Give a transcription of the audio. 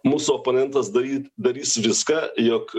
mūsų oponentas daryt darys viską jog